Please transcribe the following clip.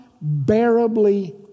unbearably